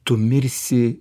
tu mirsi